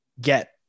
get